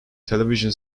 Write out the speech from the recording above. television